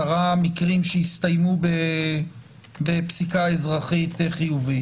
מקרים שהסתיימו בפסיקה אזרחית חיובית.